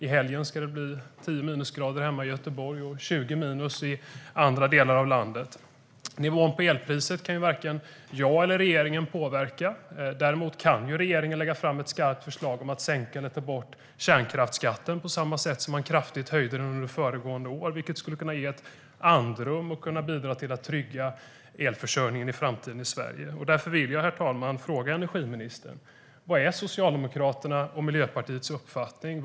I helgen ska det bli 10 minusgrader hemma i Göteborg och 20 minus i andra delar av landet. Nivån på elpriset kan varken jag eller regeringen påverka. Däremot kan regeringen lägga fram ett skarpt förslag om att sänka eller ta bort kärnkraftsskatten på samma sätt som man kraftigt höjde den under föregående år, vilket skulle kunna ge ett andrum och bidra till att trygga elförsörjningen i framtiden i Sverige. Därför vill jag, herr talman, fråga energiministern: Vad är Socialdemokraternas och Miljöpartiets uppfattning?